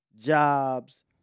jobs